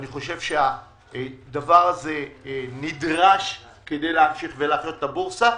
אני חושב שהדבר הזה נדרש כדי להמשיך ולהחיות את הבורסה,